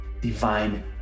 divine